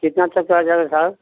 कितना तक का आ जाएगा कार